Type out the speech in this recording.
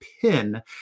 pin